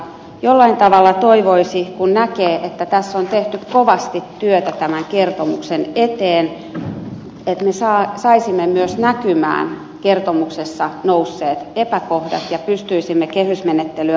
jollain tavalla toivoisi kun näkee että tässä on tehty kovasti työtä tämän kertomuksen eteen että me saisimme myös näkymään kertomuksessa esille nousseet epäkohdat ja pystyisimme kehysmenettelyä parantamaan